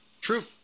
true